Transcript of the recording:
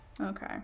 Okay